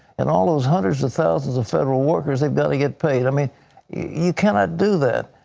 and all of those hundreds of thousands of federal workers have got to get paid. i mean you cannot do that,